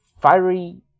Fiery